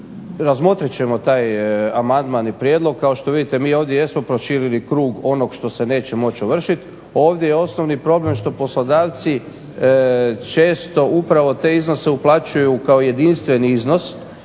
razmotrit ćemo taj amandman i prijedlog. Kao što vidite, mi ovdje jesmo proširili krug onog što se neće moći ovršit. Ovdje je osnovni problem što poslodavci često upravo te iznose uplaćuju kao jedinstven iznos